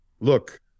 look